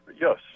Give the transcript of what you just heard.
Yes